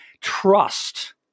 trust